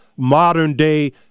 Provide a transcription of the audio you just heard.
modern-day